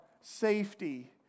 safety